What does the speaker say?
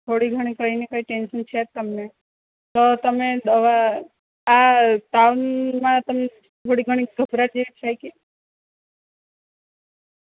થોડી ઘણી કંઈ ને કંઈ ટેન્શન છે જ તમને તો તમે દવા આ તાવ માં તમને થોડી ઘણી ગભરાટ જેવું થાય કે